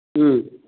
ꯎꯝ